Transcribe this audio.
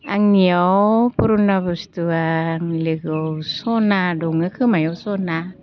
आंनियाव पुरुना बुस्तुआ आंनि लोगोआव सना दङ खोमायाव सना